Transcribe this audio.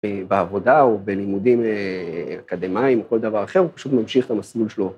בעבודה או בלימודים אקדמיים או כל דבר אחר, הוא פשוט ממשיך את המסלול שלו.